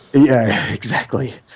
yeah, exactly.